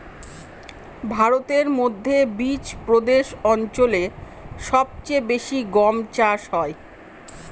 ভারতের মধ্যে বিচপ্রদেশ অঞ্চলে সব চেয়ে বেশি গম চাষ হয়